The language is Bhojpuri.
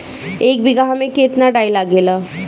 एक बिगहा में केतना डाई लागेला?